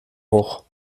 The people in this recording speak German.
hoch